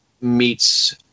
meets